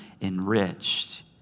enriched